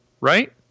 Right